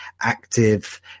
active